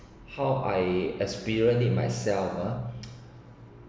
how I experienced in myself ah